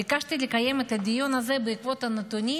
ביקשתי לקיים את הדיון הזה בעקבות הנתונים